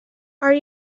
are